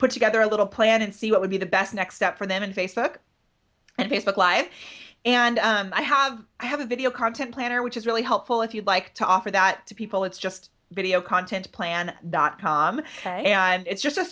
put together a little plan and see what would be the best next step for them in facebook and facebook live and i have i have a video content planner which is really helpful if you'd like to offer that to people it's just a content plan dot com and it's just a